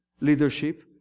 leadership